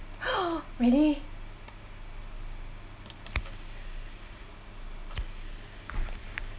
oh really